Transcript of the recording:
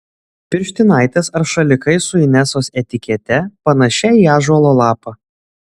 pirštinaitės ar šalikai su inesos etikete panašia į ąžuolo lapą